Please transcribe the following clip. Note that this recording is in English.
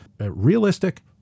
realistic